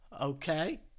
Okay